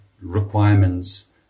requirements